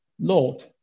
Lord